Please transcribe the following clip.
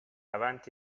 avanti